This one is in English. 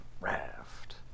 Raft